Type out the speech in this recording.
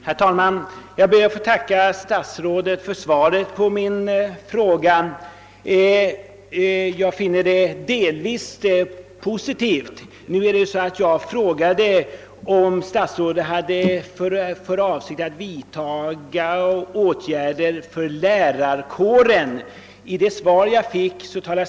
Herr talman! Jag ber att få tacka statsrådet för svaret på min fråga. Jag finner det delvis positivt. Jag frågade om statsrådet hade för avsikt att vidga lärarkårens kunskaper om stamningsbesvär.